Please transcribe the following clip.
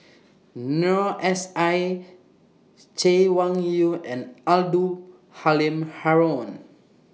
Noor S I Chay Weng Yew and Abdul Halim Haron